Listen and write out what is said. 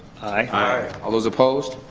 aye. all those opposed?